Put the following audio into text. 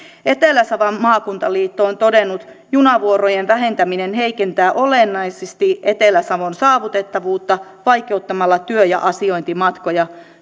etelä savon maakuntaliitto on todennut junavuorojen vähentäminen heikentää olennaisesti etelä savon saavutettavuutta vaikeuttamalla työ ja asiointimatkoja